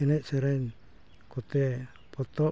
ᱮᱱᱮᱡᱼᱥᱮᱨᱮᱧ ᱠᱚᱛᱮ ᱯᱚᱛᱚᱵ